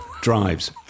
drives